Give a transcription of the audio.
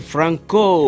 Franco